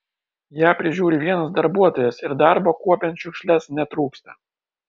ją prižiūri vienas darbuotojas ir darbo kuopiant šiukšles netrūksta